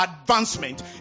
advancement